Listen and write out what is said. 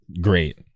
great